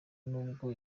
nubwo